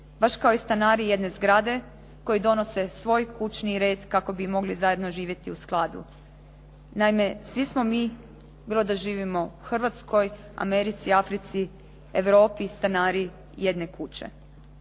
baš kao i stanari jedne zgrade koji donose svoj kućni red kako bi mogli zajedno živjeti u skladu. Naime, svi smo mi bilo da živimo u Hrvatskoj, Americi, Africi, Europi stanari jedne kuće.